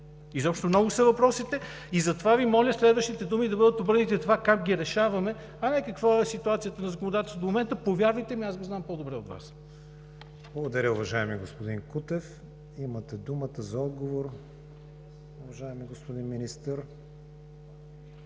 Изобщо много са въпросите и затова Ви моля следващите думи да бъдат обърнати на това как ги решаваме, а не каква е ситуацията на законодателството в момента. Повярвайте ми, аз го знам по-добре от Вас. ПРЕДСЕДАТЕЛ КРИСТИАН ВИГЕНИН: Благодаря, уважаеми господин Кутев. Имате думата за отговор, уважаеми господин Министър.